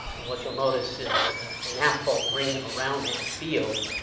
and what you'll notice is an asphalt ring around that field.